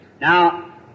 Now